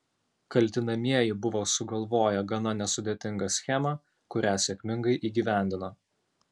kaltinamieji buvo sugalvoję gana nesudėtingą schemą kurią sėkmingai įgyvendino